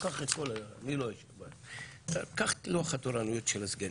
קח את לוח התורנויות של הסגנים.